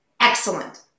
excellent